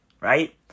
right